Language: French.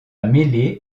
mêlée